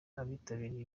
abitabiriye